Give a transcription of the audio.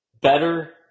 better